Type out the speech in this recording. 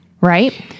right